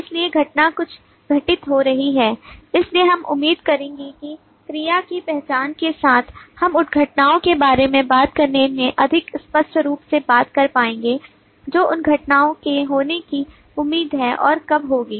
इसलिए घटना कुछ घटित हो रही है इसलिए हम उम्मीद करेंगे कि क्रिया की पहचान के साथ हम उन घटनाओं के बारे में बात करने में अधिक स्पष्ट रूप से बात कर पाएंगे जो उन घटनाओं के होने की उम्मीद है और कब होगी